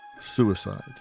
suicide